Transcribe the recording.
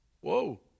Whoa